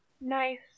nice